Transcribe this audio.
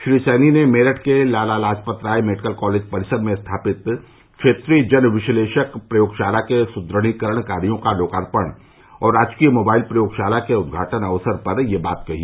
श्री सैनी ने मेरठ के Lala Lajpat Rai medical college परिसर में स्थापित क्षेत्रीय जन विश्लेषक प्रयोगशाला के सुद्दीकरण कार्यो का लोकार्पण और राजकीय मोबाइल प्रयोगशाला के उद्घाटन अवसर पर यह बात कही